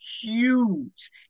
huge